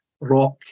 rock